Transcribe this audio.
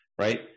right